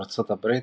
ארצות הברית,